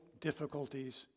difficulties